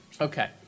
Okay